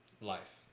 life